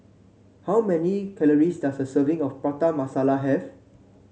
how many calories does a serving of Prata Masala have